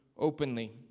Openly